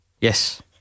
Yes